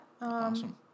Awesome